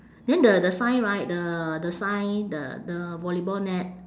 then the the sign right the the sign the the volleyball net